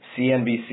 CNBC